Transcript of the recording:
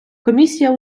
комісія